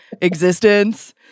existence